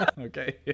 Okay